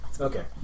Okay